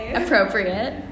appropriate